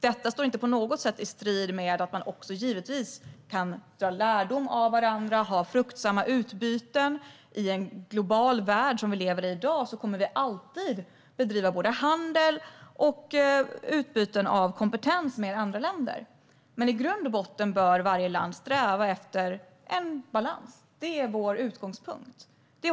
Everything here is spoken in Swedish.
Detta står inte på något sätt i strid med att man givetvis också kan dra lärdom av varandra och ha fruktbara utbyten. I en global värld som vi lever i i dag kommer vi alltid att bedriva både handel och utbyte av kompetens med andra länder. Men i grund och botten bör varje land sträva efter en balans. Det är vår utgångspunkt.